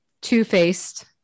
two-faced